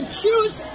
choose